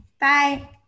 Bye